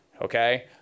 okay